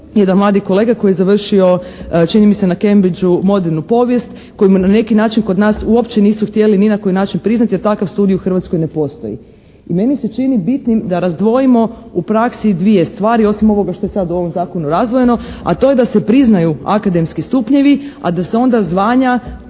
jedan mladi kolega koji je završio čini mi se na Cambridgeu modernu povijest koju mu na neki način kod nas uopće nisu htjeli ni na koji način priznati jer takav studij u Hrvatskoj ne postoji i meni se čini bitnim da razdvojimo u praksi dvije stvari osim ovoga što je sad u ovom Zakonu razdvojeno, a to je da se priznaju akademski stupnjevi, a da se onda zvanja